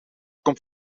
komt